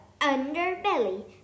underbelly